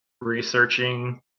researching